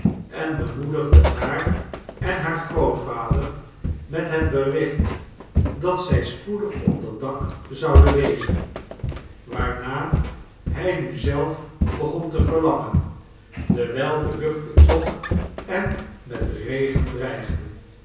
en bemoedigde haar en haar grootvader met het bericht dat zij spoedig onder dak zouden wezen waarnaar hij nu zelf begon te verlangen dewijl de lucht betrok en met regen dreigde